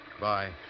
Bye